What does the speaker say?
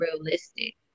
realistic